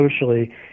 socially